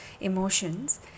emotions